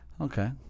Okay